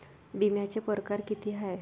बिम्याचे परकार कितीक हाय?